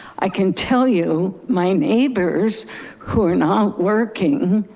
i can tell you, my neighbors who are not working.